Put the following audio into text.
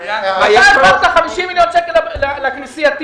אתה העברת 50 מיליון שקל לכנסייתיים,